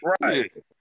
Right